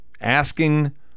asking